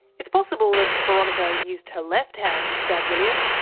it's possible that boronika used her left hand to stab william.